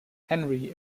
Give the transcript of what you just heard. henry